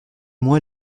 moi